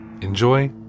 Enjoy